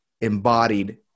embodied